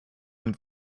und